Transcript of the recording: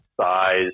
size